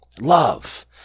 Love